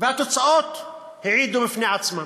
והתוצאות העידו, בפני עצמן.